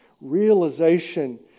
realization